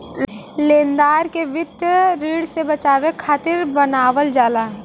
लेनदार के वित्तीय ऋण से बचावे खातिर बनावल जाला